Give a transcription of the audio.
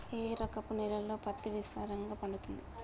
ఏ రకపు నేలల్లో పత్తి విస్తారంగా పండుతది?